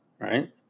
right